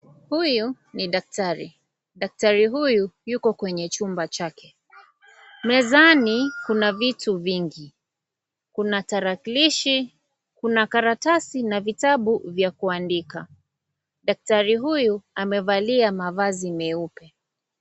Huyu ni daktari. Daktari huyo, yuko kwenye chumba chake. Mezani, kuna vitu vingi. Kuna tarakilishi, kuna karatasi na vitabu vya kuandika. Daktari huyu, amevalia mavazi meupe.